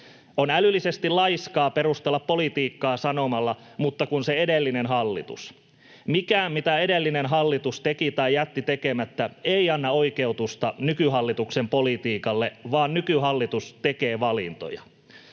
On älyllisesti laiskaa perustella politiikkaa sanomalla ”mutta kun se edellinen hallitus”. Mikään, mitä edellinen hallitus teki tai jätti tekemättä, ei anna oikeutusta nykyhallituksen politiikalle, vaan nykyhallitus tekee valintoja.